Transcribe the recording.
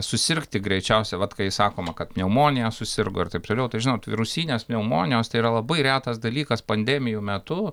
susirgti greičiausiai vat kai sakoma kad pneumonija susirgo ir taip toliau tai žinot virusinės pneumonijos tai yra labai retas dalykas pandemijų metu